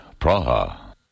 Praha